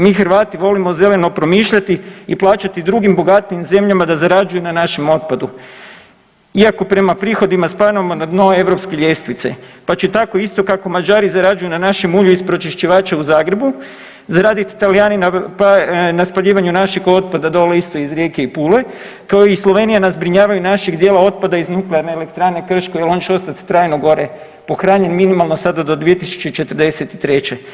Mi Hrvati volimo zeleno promišljati i plaćati drugim bogatijim zemljama da zarađuju na našem otpadu, iako prema prihodima spadamo na dno europske ljestvice, pa će tako isto kako Mađari zarađuju na našem ulju iz pročiščivaća u Zagrebu zaraditi Talijani na spaljivanju našeg otpada dole isto iz Rijeke i Pule, kao i Slovenija na zbrinjavanju našeg dijela otpada iz Nuklearne elektrane Krško, jer on će ostati trajno gore pohranjen minimalno sada do 2043.